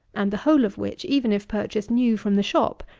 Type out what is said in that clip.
and the whole of which, even if purchased new from the shop,